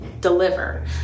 deliver